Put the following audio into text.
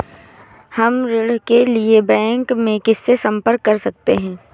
हम ऋण के लिए बैंक में किससे संपर्क कर सकते हैं?